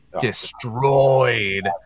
destroyed